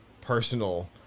personal